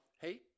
hey